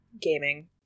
gaming